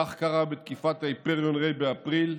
כך קרה בתקיפת הייפריון ריי באפריל,